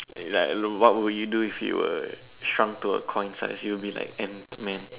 like what would you do if you were shrunk to a coin size you would be like Ant-Man